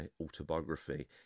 autobiography